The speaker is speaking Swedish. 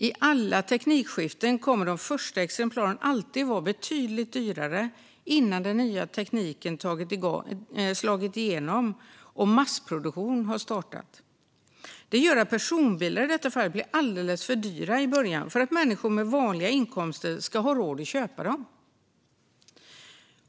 I alla teknikskiften kommer de första exemplaren att vara betydligt dyrare innan den nya tekniken slagit igenom och massproduktion har startat. Det gör att personbilar i detta fall blir alldeles för dyra i början för att människor med vanliga inkomster ska ha råd att köpa dem.